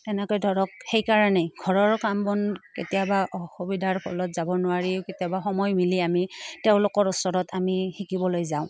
তেনেকৈ ধৰক সেইকাৰণেই ঘৰৰ কাম বন কেতিয়াবা অসুবিধাৰ ফলত যাব নোৱাৰিও কেতিয়াবা সময় মিলাই আমি তেওঁলোকৰ ওচৰত আমি শিকিবলৈ যাওঁ